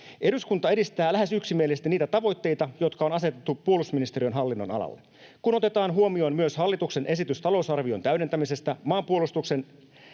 Eduskunta edistää lähes yksimielisesti niitä tavoitteita, jotka on asetettu puolustusministeriön hallinnonalalle. Kun otetaan huomioon myös hallituksen esitys talousarvion täydentämisestä, maanpuolustukseen